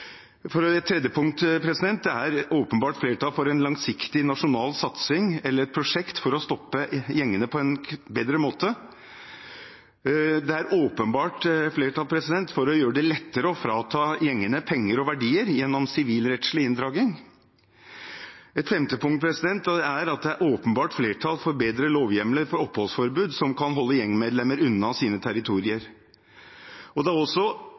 Et tredje punkt er at det åpenbart er flertall for en langsiktig nasjonal satsing eller et prosjekt for å stoppe gjengene på en bedre måte. Det er åpenbart flertall for å gjøre det lettere å frata gjengene penger og verdier gjennom sivilrettslig inndragning. Et femte punkt er at det åpenbart er flertall for bedre lovhjemler for oppholdsforbud, som kan holde gjengmedlemmer unna sine territorier. Det er også